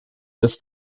this